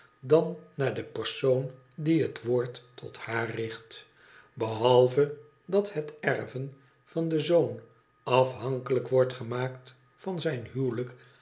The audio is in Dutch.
dan naar den persoon die het woord tot haar richt behalve dat het erven van den zoon afhankelijk wordt gemaakt van zijn huwelijk